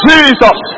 Jesus